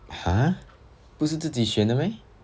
!huh! 不是自己选的 meh